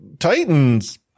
titans